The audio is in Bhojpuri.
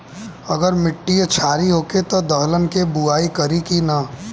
अगर मिट्टी क्षारीय होखे त दलहन के बुआई करी की न?